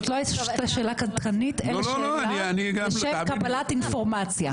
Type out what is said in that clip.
זו לא הייתה שאלה קנטרנית אלא שאלה לשם קבלת אינפורמציה.